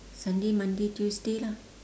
sunday monday tuesday lah